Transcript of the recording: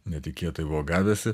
netikėtai buvo gavęsi